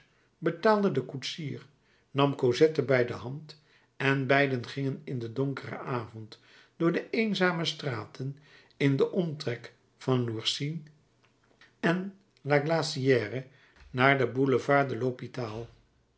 betaalde den koetsier nam cosette bij de hand en beiden gingen in den donkeren avond door de eenzame straten in den omtrek van l'ourcine en la glaciere naar den boulevard de